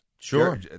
Sure